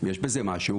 יש בזה משהו.